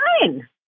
fine